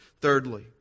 Thirdly